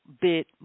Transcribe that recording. bit